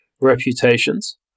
reputations